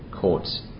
courts